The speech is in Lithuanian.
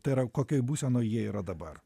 tai yra kokioj būsenoj jie yra dabar